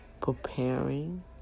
Preparing